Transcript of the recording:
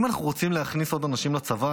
אם אנחנו רוצים להכניס עוד אנשים לצבא,